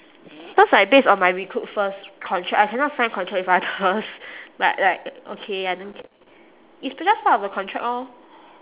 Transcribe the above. because like based on my recruitfirst contract I cannot sign contract with others like like okay I don't c~ it's just part of the contract lor